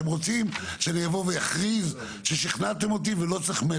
אתם רוצים שאני אכריז ששכנעתם אותי ולא צריך מטרו.